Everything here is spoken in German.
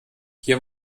hier